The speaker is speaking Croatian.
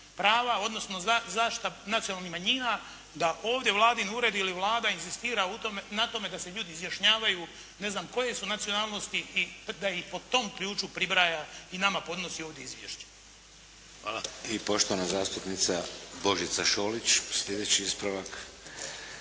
odnosno zaštita nacionalnih manjina da ovdje vladin ured ili Vlada inzistira na tome da se ljudi izjašnjavaju ne znam koje su nacionalnosti i da ih po tom ključu pribraja i nama podnosi ovdje izjvešće. Hvala. **Šeks, Vladimir (HDZ)** Hvala. I poštovana zastupnica Božica Šolić slijedeći ispravak.